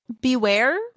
beware